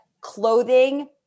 clothing